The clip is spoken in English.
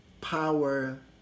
power